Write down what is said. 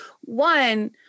one